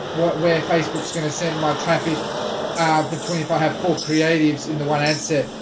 what where facebook is going to send my traffic between if i have four creatives in the one answer.